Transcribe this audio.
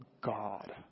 God